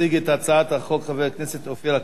יציג את הצעת החוק חבר הכנסת אופיר אקוניס.